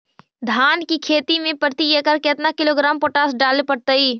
धान की खेती में प्रति एकड़ केतना किलोग्राम पोटास डाले पड़तई?